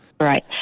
Right